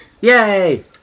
Yay